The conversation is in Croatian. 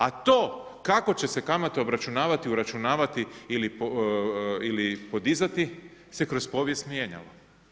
A to kako će se kamate obračunavati, uračunavati ili podizati se kroz povijest mijenjalo.